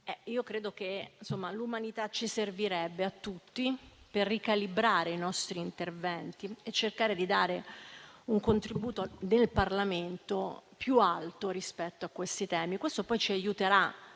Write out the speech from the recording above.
Credo che l'umanità servirebbe a tutti per ricalibrare i nostri interventi e cercare di dare un contributo del Parlamento più alto rispetto a questi temi. Ciò poi ci aiuterà